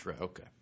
Okay